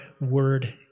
word